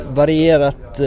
varierat